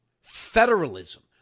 federalism